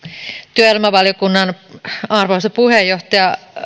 työelämävaliokunnan arvoisa puheenjohtaja